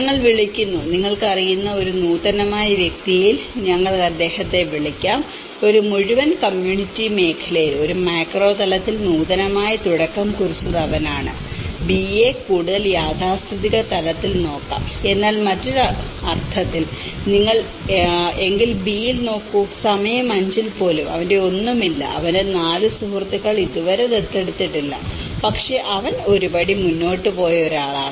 ഞങ്ങൾ വിളിക്കുന്നു നിങ്ങൾക്കറിയാവുന്ന ഒരു നൂതനമായ വ്യക്തിയിൽ ഞങ്ങൾക്ക് അദ്ദേഹത്തെ വിളിക്കാം ഒരു മുഴുവൻ കമ്മ്യൂണിറ്റി മേഖലയിൽ ഒരു മാക്രോ തലത്തിൽ നൂതനമായ തുടക്കം കുറിച്ചത് അവനാണ് ബിയെ കൂടുതൽ യാഥാസ്ഥിതിക തലത്തിൽ നോക്കാം എന്നാൽ മറ്റൊരു അർത്ഥത്തിൽ നിങ്ങൾ എങ്കിൽ B യിൽ നോക്കൂ സമയം 5 ൽ പോലും അവന്റെ ഒന്നുമില്ല അവന്റെ 4 സുഹൃത്തുക്കൾ ഇതുവരെ ദത്തെടുത്തിട്ടില്ല പക്ഷേ അവൻ ഒരു പടി മുന്നോട്ട് പോയ ഒരാളാണ്